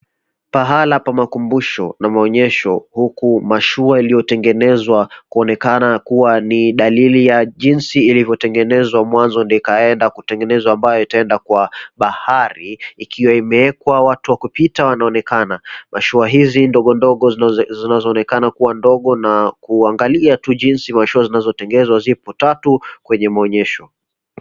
Pahala pa makumbusho na maonyesho huku mashua iliyotengenezwa kuonekana kuwa ni dalili ya jinsi ilivyotengenezwa mwanzo ndio ikaenda kutengenezwa ambayo itaenda kwa bahari ikiwa imeekwa watu wa kupita wanaonekana. Mashua hizi ndogondogo zinazoonekana kuwa ndogo na kuangalia tu jinsi mashua zinazotengezwa zipo tatu kwenye maonyesho.